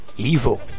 evil